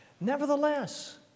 Nevertheless